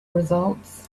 results